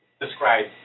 describe